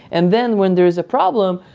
and then when there's a problem,